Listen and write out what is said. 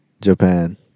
Japan